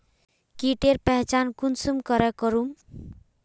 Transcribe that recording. कीटेर पहचान कुंसम करे करूम?